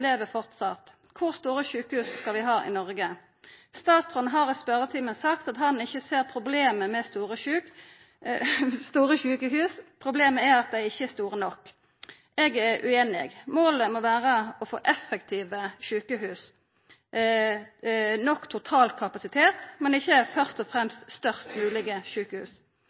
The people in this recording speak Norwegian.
lever fortsatt. Kor store sjukehus skal vi ha i Noreg? Statsråden har i spørjetimen sagt at han ikkje ser problemet med store sjukehus. Problemet er at dei ikkje er store nok. Eg er ueinig. Målet må vera å få effektive sjukehus, nok totalkapasitet, men ikkje først og fremst størst moglege sjukehus.